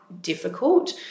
difficult